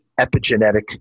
epigenetic